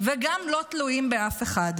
וגם לא תלויים באף אחד.